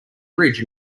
bridge